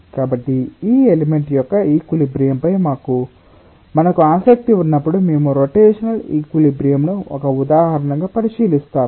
కాబట్టి ఈ ఎలిమెంట్ యొక్క ఈక్విలిబ్రియం పై మనకు ఆసక్తి ఉన్నప్పుడు మేము రోటేషనల్ ఈక్విలిబ్రియం ను ఒక ఉదాహరణగా పరిశీలిస్తాము